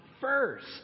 first